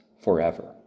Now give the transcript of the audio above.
forever